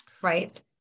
Right